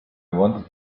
wanted